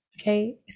okay